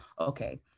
okay